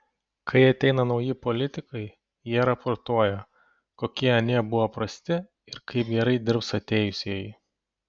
kai ateina nauji politikai jie raportuoja kokie anie buvo prasti ir kaip gerai dirbs atėjusieji